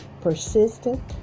Persistent